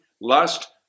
lust